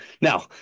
now